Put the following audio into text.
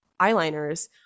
eyeliners